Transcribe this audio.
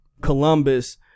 Columbus